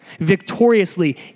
Victoriously